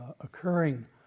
occurring